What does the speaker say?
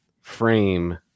frame